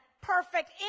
perfect